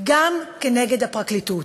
גם כנגד הפרקליטות.